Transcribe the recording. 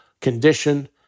condition